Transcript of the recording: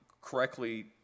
correctly